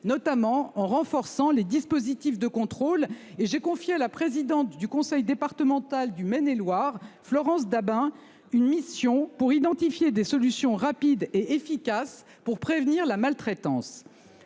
notamment en renforçant les dispositifs de contrôle et j'ai confié la présidente du conseil départemental du Maine-et-Loire. Florence Dabin une mission pour identifier des solutions rapides et efficaces pour prévenir la maltraitance.